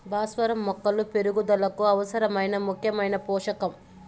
భాస్వరం మొక్కల పెరుగుదలకు అవసరమైన ముఖ్యమైన పోషకం